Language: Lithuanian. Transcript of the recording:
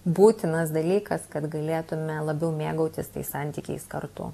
būtinas dalykas kad galėtume labiau mėgautis tais santykiais kartu